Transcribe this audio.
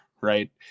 right